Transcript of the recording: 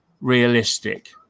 realistic